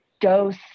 dose